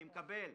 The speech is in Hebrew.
אני מקבל,